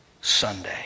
Sunday